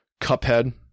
Cuphead